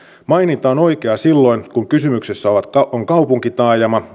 maininta on oikea silloin kun kysymyksessä on kaupunkitaajama